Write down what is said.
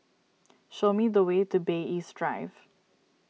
show me the way to Bay East Drive